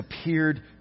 appeared